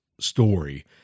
story